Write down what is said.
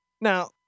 Now